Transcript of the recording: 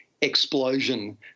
explosion